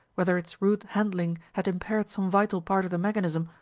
whether its rude handling had impaired some vital part of the mechanism,